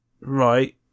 right